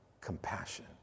compassion